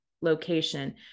location